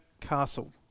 castle